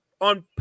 on